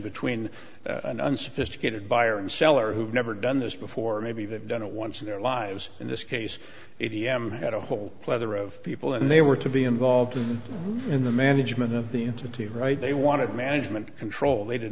between an unsophisticated buyer and seller who have never done this before maybe they've done a once in their lives in this case a t m had a whole pleather of people and they were to be involved in the management of the institute right they wanted management control they did